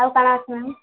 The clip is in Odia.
ଆଉ କା'ଣା କହୁନ୍